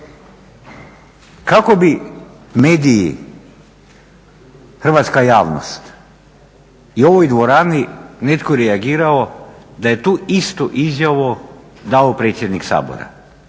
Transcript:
Kako bi mediji, hrvatska javnost i u ovoj dvorani netko reagirao da je tu istu izjavu dao predsjednik Sabora,